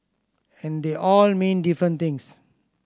and they all mean different things